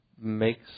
makes